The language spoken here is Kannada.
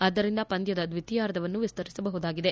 ಆದ್ದರಿಂದ ಪಂದ್ಯದ ದ್ವಿತೀಯಾರ್ಧವನ್ನು ವಿಸ್ತರಿಸಬಹುದಾಗಿದೆ